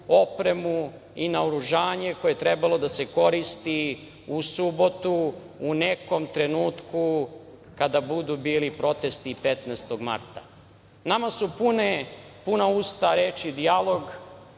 opremu i naoružanje koje je trebalo da se koristi u subotu u nekom trenutku kada budu bili protesti 15. marta. Nama su puna usta reči „dijalog“